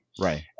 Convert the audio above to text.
Right